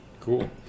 Cool